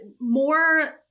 more